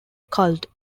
culled